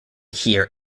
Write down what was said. hear